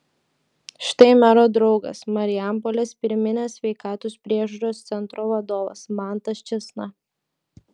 štai mero draugas marijampolės pirminės sveikatos priežiūros centro vadovas mantas čėsna